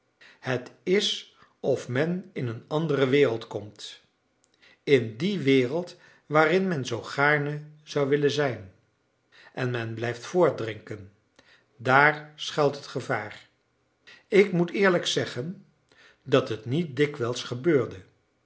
het is of men in een andere wereld komt in die wereld waarin men zoo gaarne zou willen zijn en men blijft voortdrinken daar schuilt het gevaar ik moet eerlijk zeggen dat het niet dikwijls gebeurde